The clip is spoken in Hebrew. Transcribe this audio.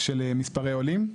של מספרי עולים?